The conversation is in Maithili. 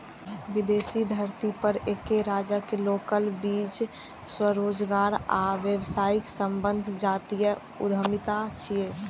विदेशी धरती पर एके राष्ट्रक लोकक बीच स्वरोजगार आ व्यावसायिक संबंध जातीय उद्यमिता छियै